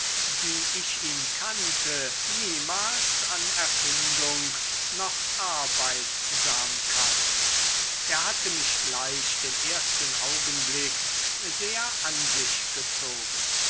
die ich ihn kannte niemals an erfindung noch arbeitsamkeit er hatte mich gleich den ersten augenblick sehr an sich gezogen